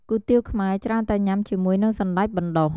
គុយទាវខ្មែរ ច្រើនតែញ៉ាំជាមួយនឹងសណ្តែកបណ្តុះ។